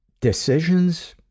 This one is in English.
decisions